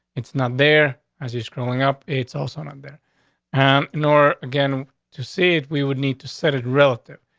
it's not their as you're scrolling up, it's also not there, um, and nor again to see if we would need to set it relative.